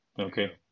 Okay